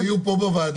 החלטות שהיו פה בוועדה.